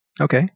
Okay